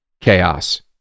chaos